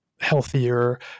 healthier